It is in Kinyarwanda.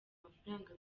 amafaranga